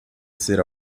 ser